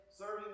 serving